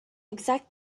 exact